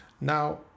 Now